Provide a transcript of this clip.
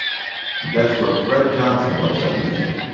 that's where fred johnson was that weekend.